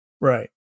Right